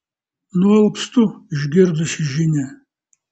nualpstu išgirdusi žinią